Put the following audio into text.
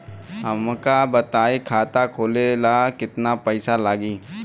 हमका बताई खाता खोले ला केतना पईसा लागी?